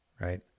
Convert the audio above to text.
right